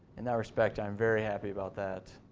in that respect i am very happy about that.